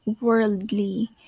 worldly